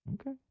Okay